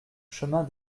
chemin